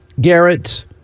Garrett